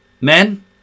Men